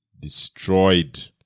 destroyed